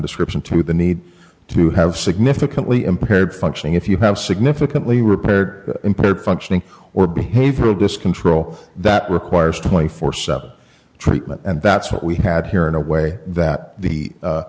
description to the need to have significantly impaired functioning if you have significantly repaired impaired functioning or behavioral disc control that requires twenty four seventh's treatment and that's what we had here in a way that